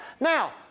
Now